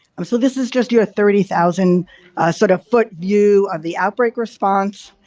um so, this is just your thirty thousand sort of foot view of the outbreak response.